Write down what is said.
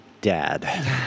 dad